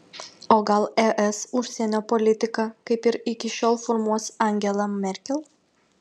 o gal es užsienio politiką kaip ir iki šiol formuos angela merkel